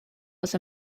was